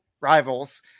rivals